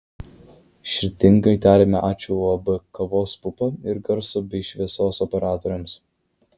širdingai tariame ačiū uab kavos pupa ir garso bei šviesos operatoriams